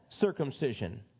circumcision